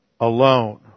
alone